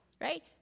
right